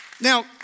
Now